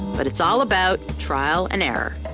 but it's all about trial and error.